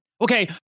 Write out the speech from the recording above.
Okay